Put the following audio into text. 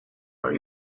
are